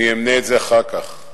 אני אמנה את זה אחר כך,